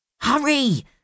Hurry